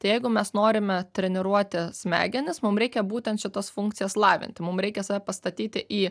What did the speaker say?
tai jeigu mes norime treniruoti smegenis mum reikia būtent šitas funkcijas lavinti mum reikia save pastatyti į